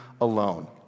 alone